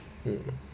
mm